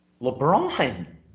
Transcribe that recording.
LeBron